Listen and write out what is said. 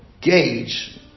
gauge